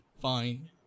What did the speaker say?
Fine